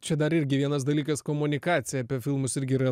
čia dar irgi vienas dalykas komunikacija apie filmus irgi yra